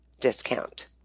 discount